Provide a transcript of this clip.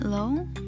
Hello